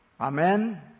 Amen